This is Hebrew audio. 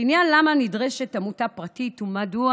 לעניין למה נדרשת עמותה פרטית ומדוע